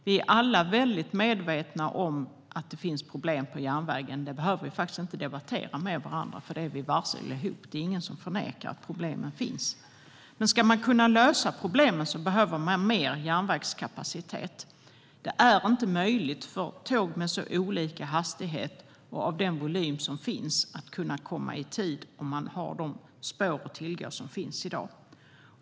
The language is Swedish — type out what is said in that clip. Vi är alla medvetna om att det finns problem med järnvägen. Det behöver vi faktiskt inte debattera med varandra om, för det är vi varse. Det är ingen som förnekar att de problemen finns. Men ska man kunna lösa problemen behövs det mer järnvägskapacitet. Det är inte möjligt för tåg med så olika hastighet och med den volym som finns att komma i tid, om man har de spår som finns att tillgå i dag.